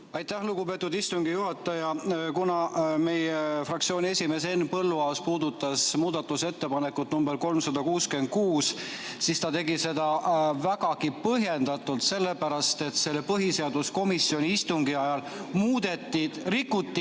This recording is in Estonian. Aitäh, lugupeetud istungi juhataja! Kui meie fraktsiooni esimees Henn Põlluaas puudutas muudatusettepanekut 366, siis ta tegi seda vägagi põhjendatult, sellepärast et põhiseaduskomisjoni istungi ajal rikuti